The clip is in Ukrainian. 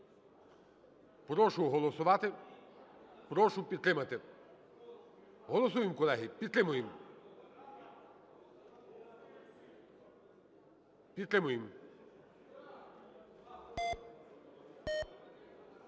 Прошу голосувати, прошу підтримати. Голосуємо, колеги, підтримуємо, підтримуємо.